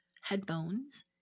headphones